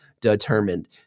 determined